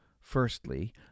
Firstly